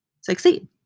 succeed